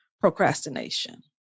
Procrastination